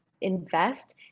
invest